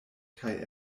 kaj